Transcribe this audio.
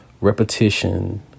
repetition